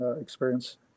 experience